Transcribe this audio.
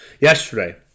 Yesterday